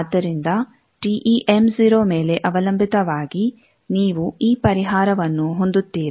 ಆದ್ದರಿಂದ ಮೇಲೆ ಅವಲಂಬಿತವಾಗಿ ನೀವು ಈ ಪರಿಹಾರವನ್ನು ಹೊಂದುತ್ತೀರ